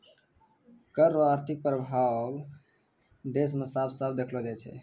कर रो आर्थिक प्रभाब देस मे साफ साफ देखलो जाय छै